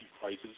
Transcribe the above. prices